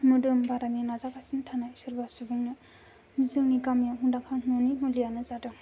मोदोम बारायनो नाजागासिनो थानाय सोरबा सुबुंनो जोंनि गामियाव मुंदांखा न'नि मुलियानो जादों